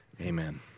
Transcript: Amen